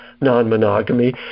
non-monogamy